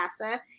NASA